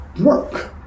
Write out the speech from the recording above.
work